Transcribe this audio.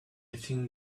think